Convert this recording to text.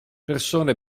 persone